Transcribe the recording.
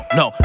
no